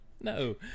No